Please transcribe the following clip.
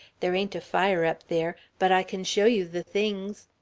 there ain't a fire up there but i can show you the things.